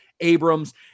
Abrams